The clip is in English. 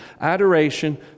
adoration